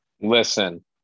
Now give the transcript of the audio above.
Listen